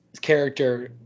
character